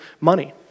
money